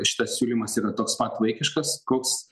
šitas siūlymas yra toks pat vaikiškas toks